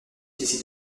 décide